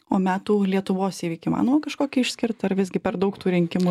o metų lietuvos įvykį įmanoma kažkokį išskirt ar visgi per daug tų rinkimų